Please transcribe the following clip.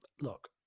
look